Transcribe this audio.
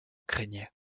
craignait